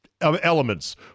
elements